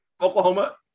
Oklahoma